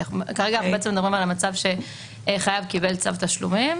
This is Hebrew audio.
כרגע אנחנו מדברים על מצב שבו חייב קיבל צו תשלומים